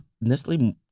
Nestle